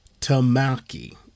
Tamaki